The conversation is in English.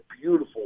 beautiful